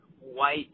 white